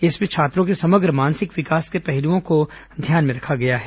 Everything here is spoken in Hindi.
इसमें छात्रों के समग्र मानसिक विकास के पहलुओं को ध्यान में रखा गया है